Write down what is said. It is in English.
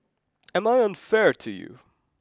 am I unfair to you